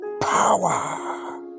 power